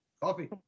Coffee